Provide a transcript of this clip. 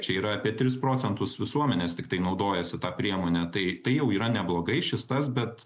čia yra apie tris procentus visuomenės tiktai naudojasi ta priemone tai tai jau yra neblogai šis tas bet